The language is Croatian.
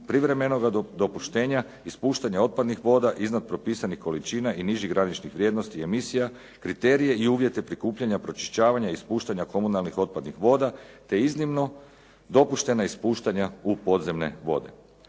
privremenog dopuštenja ispuštanja otpadnih voda iznad propisanih količina i nižih graničnih vrijednosti emisija kriterije i uvjete prikupljanja pročišćavanja ispuštanja komunalnih otpadnih voda, te iznimno dopuštena ispuštanja u podzemne vode.